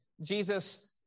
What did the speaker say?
Jesus